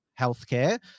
healthcare